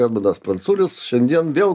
edmundas pranculis šiandien vėl